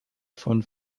von